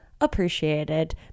Appreciated